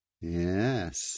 Yes